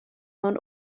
mewn